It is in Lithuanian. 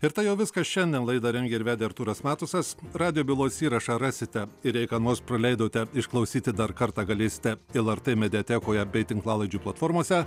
ir tai jau viskas šiandien laidą rengė ir vedė artūras matusas radijo bylos įrašą rasite ir jei ką nors praleidote išklausyti dar kartą galėsite lrt mediatekoje bei tinklalaidžių platformose